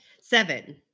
Seven